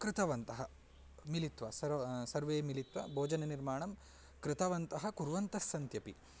कृतवन्तः मिलित्वा सर्वे सर्वे मिलित्वा भोजननिर्माणं कृतवन्तः कुर्वन्तः सन्त्यपि